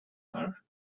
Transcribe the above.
her